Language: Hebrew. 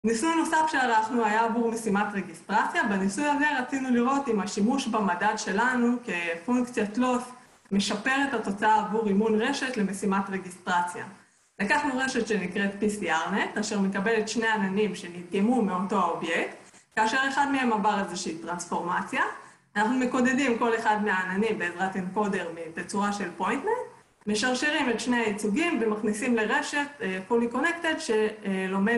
‫ניסוי נוסף שהלכנו ‫היה עבור משימת רגיסטרציה, ‫בניסוי הזה רצינו לראות ‫אם השימוש במדד שלנו כפונקציה תלוף ‫משפר את התוצאה עבור אימון רשת ‫למשימת רגיסטרציה. ‫לקחנו רשת שנקראת PCRNET, ‫אשר מקבלת שני עננים ‫שנדגמו מאותו האובייקט, ‫כאשר אחד מהם עבר ‫איזושהי טרנספורמציה. ‫אנחנו מקודדים כל אחד מהעננים ‫בעזרת אנקודר בצורה של פוינטנט, ‫משרשרים את שני הייצוגים ‫ומכניסים לרשת פולי קונקטד, ש.. לומדת